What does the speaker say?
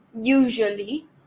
usually